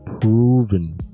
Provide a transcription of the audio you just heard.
proven